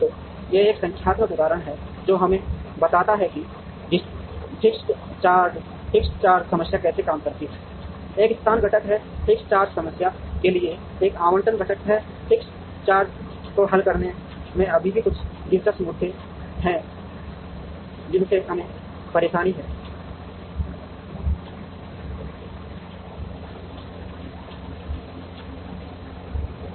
तो यह एक संख्यात्मक उदाहरण है जो हमें बताता है कि फिक्स्ड चार्ज समस्या कैसे काम करती है एक स्थान घटक है फिक्स्ड चार्ज समस्या के लिए एक आवंटन घटक है फिक्स्ड चार्ज को हल करने में अभी भी कुछ दिलचस्प मुद्दे हैं मुसीबत